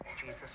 Jesus